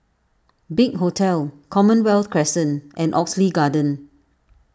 Big Hotel Commonwealth Crescent and Oxley Garden